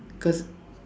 cause